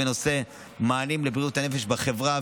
בנושא מענים לבריאות הנפש בחברה,